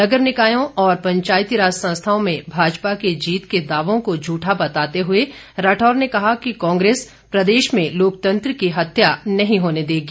नगर निकायों और पंचायतीराज संस्थाओं में भाजपा के जीत के दावों को झूठा बताते हुए राठौर ने कहा कि कांग्रेस प्रदेश में लोकतंत्र की हत्या नहीं होने देगी